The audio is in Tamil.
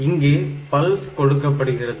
இங்கே பல்ஸ் கொடுக்கப்படுகிறது